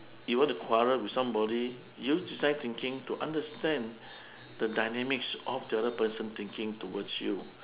you want to quarrel with somebody use design thinking to understand the dynamics of the other person thinking towards you